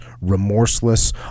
remorseless